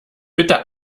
bitte